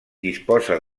disposa